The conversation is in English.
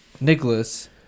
Nicholas